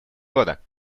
года